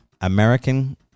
American